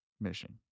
mission